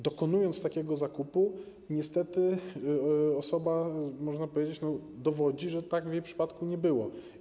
Dokonując takiego zakupu, niestety osoba, można powiedzieć, dowodzi, że tak w jej przypadku nie było.